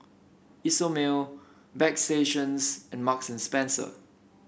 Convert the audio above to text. Isomil Bagstationz and Marks and Spencer